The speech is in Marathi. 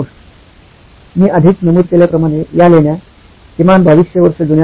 मी आधीच नमूद केल्याप्रमाणे या लेण्या किमान 2200 वर्षे जुन्या आहेत